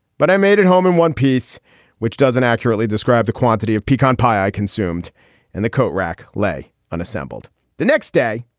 but i made it home in one piece which doesn't accurately describe the quantity of pecan pie i consumed and the coat rack lay unassembled the next day,